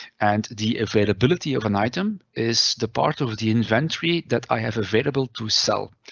and the availability of an item is the part of the inventory that i have available to sell.